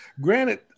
Granted